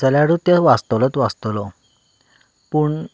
जाल्यार तें वाचतलोच वाचतलो पूण